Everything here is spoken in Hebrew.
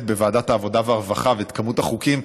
בוועדת העבודה והרווחה ואת כמות החוקים,